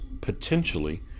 potentially